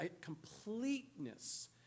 completeness